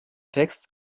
text